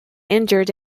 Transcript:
injured